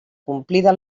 complida